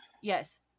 Yes